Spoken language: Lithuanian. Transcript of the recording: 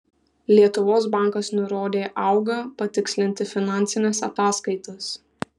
lietuvos bankas nurodė auga patikslinti finansines ataskaitas